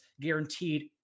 guaranteed